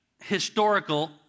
historical